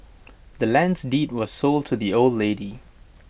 the land's deed was sold to the old lady